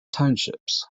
townships